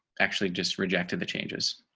actually just rejected the changes.